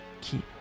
keep